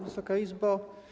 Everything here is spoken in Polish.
Wysoka Izbo!